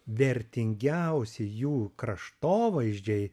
vertingiausi jų kraštovaizdžiai